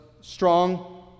strong